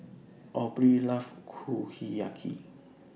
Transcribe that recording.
Aubrie loves Kushiyaki